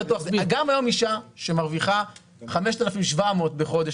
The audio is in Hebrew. אישה שהיום מרווחה 5,700 שקלים בחודש,